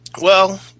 Well